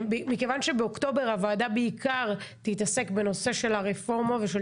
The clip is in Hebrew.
מכיוון שבאוקטובר הוועדה בעיקר תתעסק בנושא של הרפורמה ושל